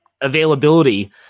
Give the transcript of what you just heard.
availability